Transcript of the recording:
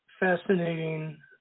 fascinating